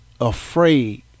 afraid